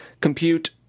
compute